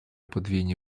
подвійні